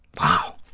wow,